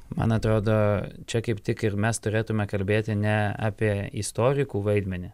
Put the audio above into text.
man atrodo čia kaip tik ir mes turėtume kalbėti ne apie istorikų vaidmenį